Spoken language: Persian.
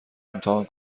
امتحان